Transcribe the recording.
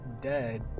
dead